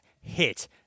hit